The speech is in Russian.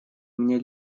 мне